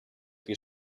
più